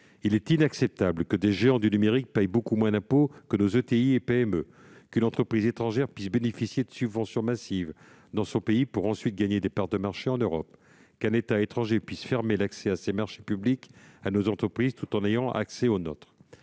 Il est inacceptable que des géants du numérique paient beaucoup moins d'impôts que nos ETI et PME, qu'une entreprise étrangère puisse bénéficier de subventions massives dans son pays pour ensuite gagner des parts de marché en Europe, qu'un État étranger puisse fermer ses marchés publics à nos entreprises, tout en ayant accès aux nôtres.